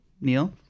Neil